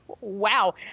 wow